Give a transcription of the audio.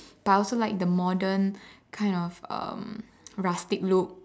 but I also like the modern kind of um rustic look